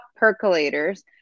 percolators